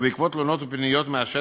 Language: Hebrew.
ובעקבות תלונות ופניות מהשטח,